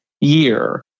year